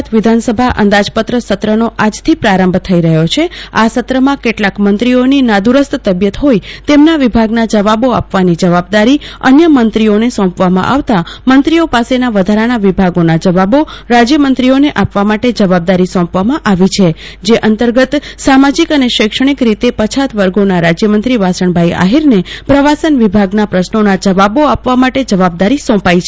ગુજરાત વિધાનસભા અંદાજપત્ર સત્રનો આજ થી પ્રારંભ થઇ રહ્યો છે ટૂંકા કાળમાં કેટલાક મંત્રીઓની નાદુરસ્ત તબિયત હોઈ તેમના વિભાગના જવાબો આપવાની જવાબદારી અન્ય મંત્રીઓને સોંપવામાં આવતા મંત્રીઓ પાસે વધારાના વિભાગોમાં જવાબો રાજ્યમંત્રીઓને આપવા માટે જવાબદારી સોંપવામાં આવી છે જે અંતર્ગત સામાજિક અને શૈક્ષણિક રીતે પછાત વર્ગોના રાજ્યમંત્રી વાસણભાઈ આહિરને પ્રવાસન વિભાગના પ્રશ્નોના જવાબ આપવા માટે જવાબદારી સોંપાઈ છે